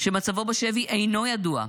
שמצבו בשבי אינו ידוע.